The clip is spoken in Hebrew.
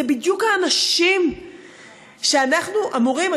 אלה בדיוק האנשים שאנחנו אמורים,